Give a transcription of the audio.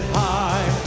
high